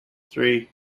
three